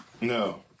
No